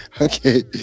okay